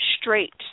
straight